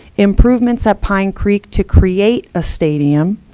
improvements at pine creek to create a stadium,